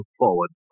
forward